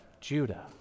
Judah